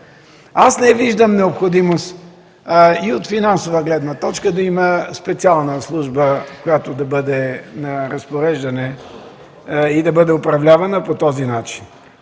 Не виждам необходимост и от финансова гледна точка да има специална служба, която да бъде на разпореждане и да бъде управлявана по този начин.